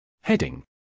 Heading